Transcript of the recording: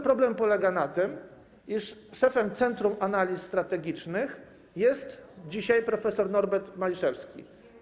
Problem polega na tym, że szefem Centrum Analiz Strategicznych jest dzisiaj prof. Norbert Maliszewski.